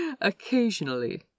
Occasionally